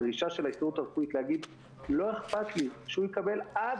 הדרישה של ההסתדרות הרפואית להגיד: לא אכפת לי שהוא יקבל עד